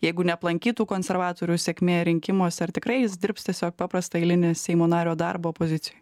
jeigu neaplankytų konservatorių sėkmė rinkimuose ar tikrai jis dirbs tiesiog paprastą eilinį seimo nario darbą opozicijoj